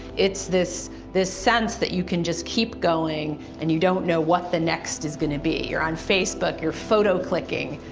it's this this sense that you can just keep going and you don't know what the next is going to be, you're on facebook, you're photo clicking,